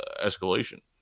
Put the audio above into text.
escalation